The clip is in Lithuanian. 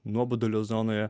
nuobodulio zonoje